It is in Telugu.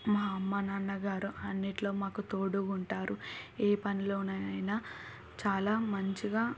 మా అమ్మ నాన్నగారు అన్నిట్లో మాకు తోడుగుంటారు ఏ పనిలోనైనా చాలా మంచిగా